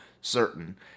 certain